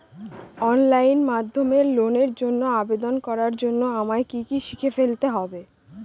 Online মাধ্যমে লোনের জন্য আবেদন করার জন্য আমায় কি কি শিখে ফেলতে হবে?